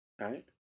Right